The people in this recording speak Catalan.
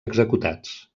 executats